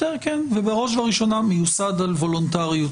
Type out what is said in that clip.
ובראש ובראשונה מיוסד על וולונטריות.